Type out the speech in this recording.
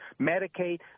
Medicaid